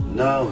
no